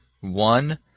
one